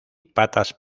patas